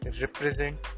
represent